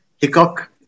Hickok